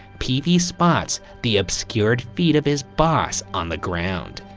peavey spots the obscured feet of his boss on the ground.